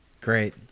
Great